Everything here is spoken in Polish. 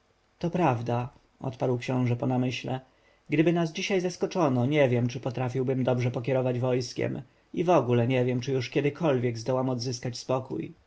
to prawda odparł książę po namyśle gdyby nas dzisiaj zaskoczono nie wiem czy potrafiłbym dobrze pokierować wojskiem i wogóle nie wiem czy już kiedykolwiek zdołam odzyskać spokój